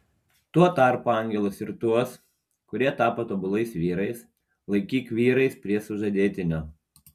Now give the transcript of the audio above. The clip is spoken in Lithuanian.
tuo tarpu angelus ir tuos kurie tapo tobulais vyrais laikyk vyrais prie sužadėtinio